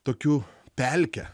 tokiu pelke